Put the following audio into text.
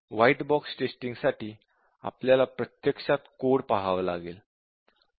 white box testing साठी आपल्याला प्रत्यक्षात कोड पाहावा लागेल